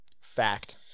Fact